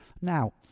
now